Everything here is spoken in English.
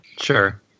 Sure